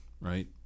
right